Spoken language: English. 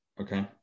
okay